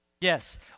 Yes